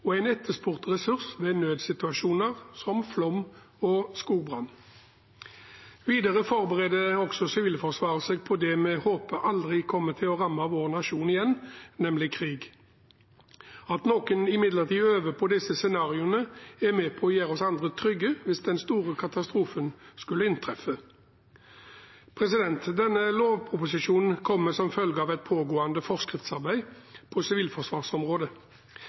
og er en etterspurt ressurs ved nødsituasjoner som flom og skogbrann. Videre forbereder også Sivilforsvaret seg på det vi håper aldri kommer til å ramme vår nasjon igjen, nemlig krig. At noen imidlertid øver på disse scenarioene, er med på å gjøre oss andre trygge hvis den store katastrofen skulle inntreffe. Denne lovproposisjonen kommer som følge av et pågående forskriftsarbeid på sivilforsvarsområdet.